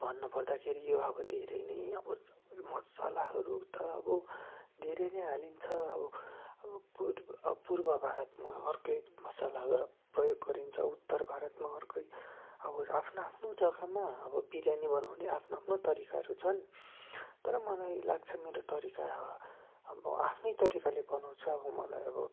भन्न पर्दाखेरि यो अब धेरै नै आबो मसलाहरू त अब धेरै नै हालिन्छ अब पुर अब पुर्व भारतमा अर्कै मसालाहरू अब प्रयोग गरिन्छ उत्तर भारतमा अर्कै अब आफ्नो आफ्नो जग्गामा अब बिर्यानी बनाउने आफ्नो आफ्नो तरिकाहरू छन् तर मलाई लाग्छ मेरो तरिका अब आफ्नै तरिकाले बनाउँछ अब मलाई अब